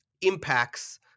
impacts